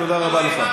תודה לך.